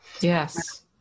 Yes